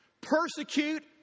persecute